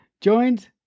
joined